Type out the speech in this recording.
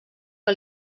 que